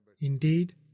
Indeed